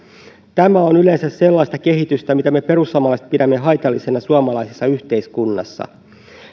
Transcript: tämä on yleensä sellaista kehitystä mitä me perussuomalaiset pidämme haitallisena suomalaisessa yhteiskunnassa